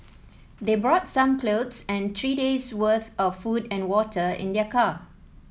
they brought some clothes and three day's worth of food and water in their car